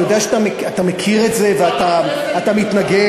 אני יודע שאתה מכיר את זה ואתה מתנגד.